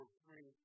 three